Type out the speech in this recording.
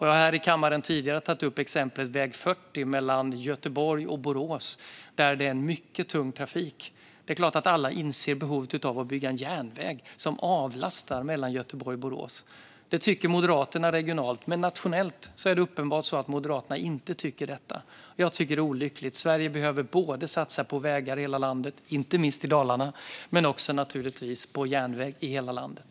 Jag har här i kammaren tidigare tagit upp exemplet väg 40 mellan Göteborg och Borås, där det är mycket tung trafik. Det är klart att alla inser behovet av att bygga en järnväg som avlastar mellan Göteborg och Borås. Det tycker Moderaterna regionalt, men nationellt är det uppenbart så att Moderaterna inte tycker detta. Jag tycker att det är olyckligt. Sverige behöver satsa både på vägar i hela landet, inte minst i Dalarna, och naturligtvis också på järnväg i hela landet.